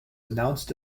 announced